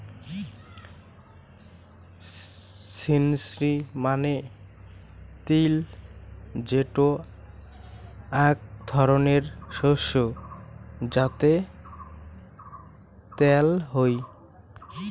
sesame মানে তিল যেটো আক ধরণের শস্য যাতে ত্যাল হই